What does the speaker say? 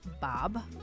Bob